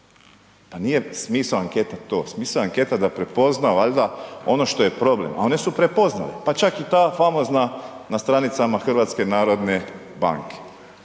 Pa nije smisao anketa to, smisao anketa je da prepozna valjda ono što je problem a one su prepoznale. Pa čak i ta famozna na stranicama HNB-a. Što se